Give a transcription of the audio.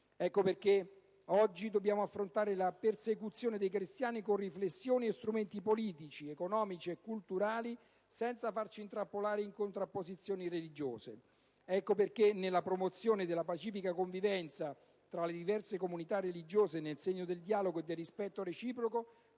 Ecco perché oggi dobbiamo affrontare la persecuzione dei cristiani con riflessioni e strumenti politici, economici e culturali, senza farci intrappolare in contrapposizioni religiose. Ecco perché nella promozione della «pacifica convivenza tra le diverse comunità religiose nel segno del dialogo del rispetto reciproco»,